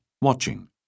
watching